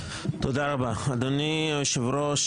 אדוני היושב ראש,